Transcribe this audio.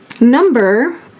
Number